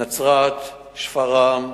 נצרת, שפרעם,